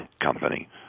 company